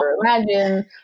imagine